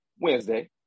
Wednesday